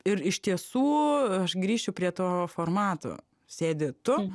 ir iš tiesų aš grįšiu prie to formato sėdi tu